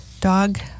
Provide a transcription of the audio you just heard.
dog